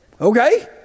Okay